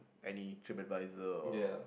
any trip advisor or